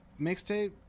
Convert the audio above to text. mixtape